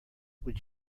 would